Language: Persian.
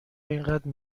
اینقدر